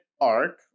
arc